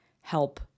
help